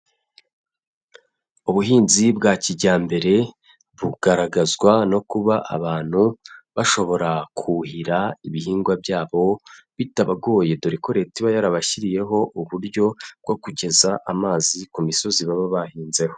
Ubuhinzi bwa kijyambere bugaragazwa no kuba abantu bashobora kuhira ibihingwa byabo bitabagoye, dore ko Leta iba yarabashyiriyeho uburyo bwo kugeza amazi ku misozi baba bahinzeho.